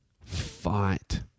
Fight